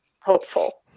hopeful